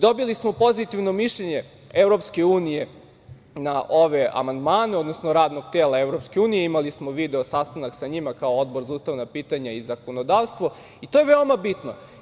Dobili smo pozitivno mišljenje Evropske unije na ove amandmane, odnosno radnog tela Evropske unije, imali smo video sastanak sa njima, kao Odbor za ustavna pitanja i zakonodavstvo, i to je veoma bitno.